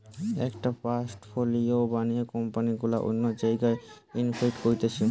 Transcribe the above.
একটা পোর্টফোলিও বানিয়ে কোম্পানি গুলা অন্য জায়গায় ইনভেস্ট করতিছে